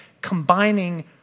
combining